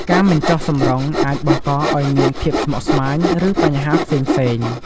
ការមិនជុះសម្រុងអាចបង្កឲ្យមានភាពស្មុគស្មាញ ឬបញ្ហាផ្សេងៗ។